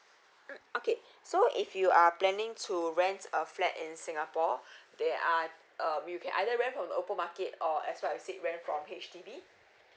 mm okay so if you are planning to rent a flat in singapore there are um you can either rent from the open market or as well as seek rent from H_D_B